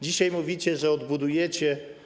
Dzisiaj mówicie, że to odbudujecie.